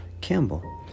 Campbell